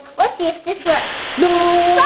let's see if this works? nooo!